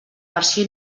versió